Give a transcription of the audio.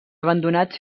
abandonats